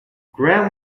graham